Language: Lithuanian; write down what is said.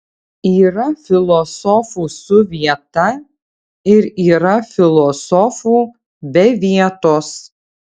yra filosofų su vieta ir yra filosofų be vietos